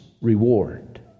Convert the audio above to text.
reward